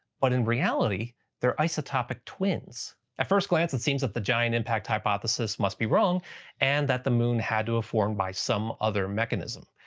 but in reality they're isotopic twins. at first glance it seems that the giant impact hypothesis must be wrong and that the moon had to have formed by some other mechanism.